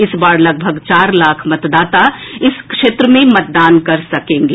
इस बार लगभग चार लाख मतदाता इस क्षेत्र में मतदान कर सकेंगे